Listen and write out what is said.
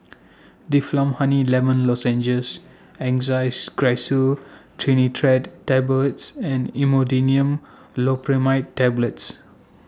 Difflam Honey Lemon Lozenges Angised Glyceryl Trinitrate Tablets and Imodium Loperamide Tablets